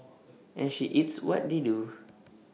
and she eats what they do